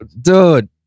dude